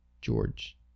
George